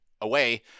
away